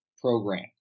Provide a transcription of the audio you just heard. program